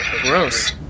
Gross